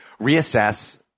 reassess